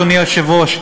אדוני היושב-ראש,